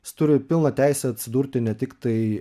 jis turi pilną teisę atsidurti ne tiktai